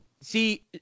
See